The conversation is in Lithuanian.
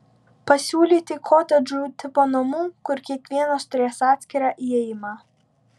pasiūlyti kotedžų tipo namų kur kiekvienas turės atskirą įėjimą